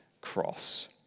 cross